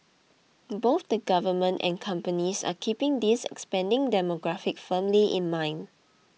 both the government and companies are keeping this expanding demographic firmly in mind